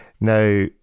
Now